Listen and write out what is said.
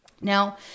Now